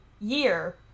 year